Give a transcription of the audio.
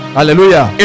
Hallelujah